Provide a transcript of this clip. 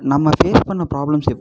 நம்ம ஃபேஸ் பண்ண பிராப்ளம்ஸ்